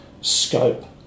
scope